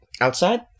outside